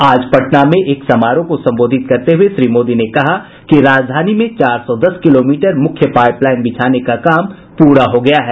आज पटना में एक समारोह को संबोधित करते हुए श्री मोदी ने कहा कि राजधानी में चार सौ दस किलोमीटर मुख्य पाईप लाईन बिछाने का काम पूरा हो गया है